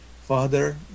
Father